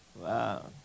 Wow